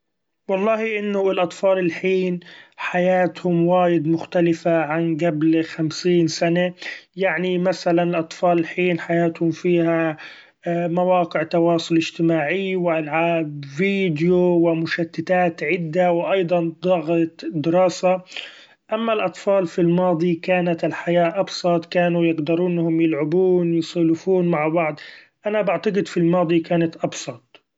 و الله انو الأطفال الحين حياتهم وايد مختلفة عن قبل خمسين سني ، يعني مثلا الأطفال الحين حياتهم فيها مواقع تواصل اجتماعي و ألعاب Vedio و مشتتات عدة و أيضا ضغط الدراسة ، أما الأطفال في الماضي كانت الحياة أبسط كانو يقدرون أنهم يلعبون يسولفون مع بعض أنا بعتقد في الماضي كانت أبسط.